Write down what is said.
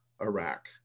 Iraq